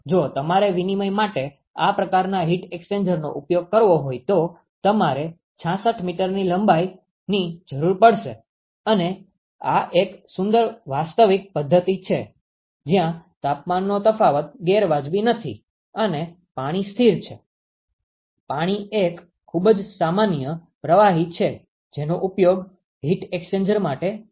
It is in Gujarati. જો તમારે વિનિમય માટે આ પ્રકારના હીટ એક્સ્ચેન્જરનો ઉપયોગ કરવો હોય તો તમારે 66 મીટર લંબાઈની જરૂર પડશે અને આ એક સુંદર વાસ્તવિક પદ્ધતિ છે જ્યાં તાપમાનનો તફાવત ગેરવાજબી નથી અને પાણી સ્થિર છે પાણી એક ખૂબ જ સામાન્ય પ્રવાહી છે જેનો ઉપયોગ હીટ એક્સ્ચેન્જર માટે થાય છે